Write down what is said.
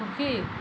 সুখী